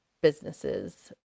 businesses